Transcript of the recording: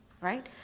Right